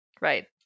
Right